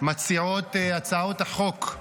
מציעות הצעות החוק,